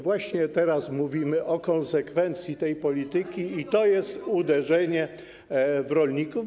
Właśnie teraz mówimy o konsekwencjach tej polityki i to jest uderzenie w rolników.